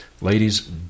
Ladies